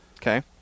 Okay